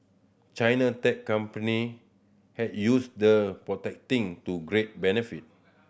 China tech company have used the protecting to great benefit